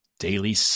daily